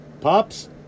Pops